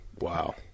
wow